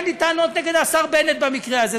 אין לי טענות נגד השר בנט במקרה הזה,